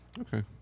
Okay